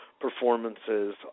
performances